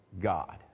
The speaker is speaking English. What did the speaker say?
God